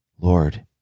Lord